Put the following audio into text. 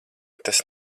tas